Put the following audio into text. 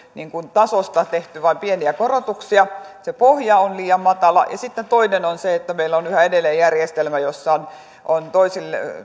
tasosta on tehty vain pieniä korotuksia se pohja on liian matala ja sitten toinen on se että meillä on yhä edelleen järjestelmä jossa